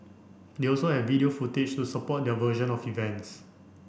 they also have video footage to support their version of events